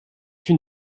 une